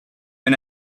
and